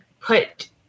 put